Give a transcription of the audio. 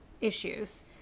issues